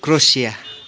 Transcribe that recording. Croatia